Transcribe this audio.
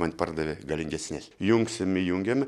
man pardavė galingesnes jungsim įjungiame